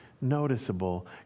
noticeable